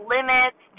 limits